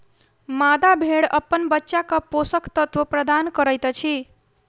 मादा भेड़ अपन बच्चाक पोषक तत्व प्रदान करैत अछि